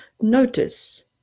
Notice